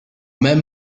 même